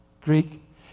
Greek